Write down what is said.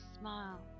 smile